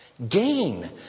Gain